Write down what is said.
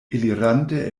elirante